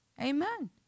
Amen